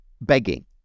begging